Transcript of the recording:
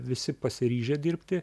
visi pasiryžę dirbti